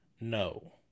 no